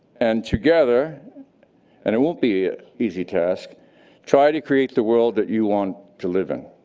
and together and it won't be easy task try to create the world that you want to live in.